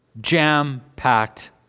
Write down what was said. jam-packed